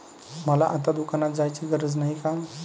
मला आता दुकानात जायची गरज नाही का?